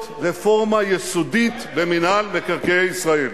לעשות רפורמה יסודית במינהל מקרקעי ישראל.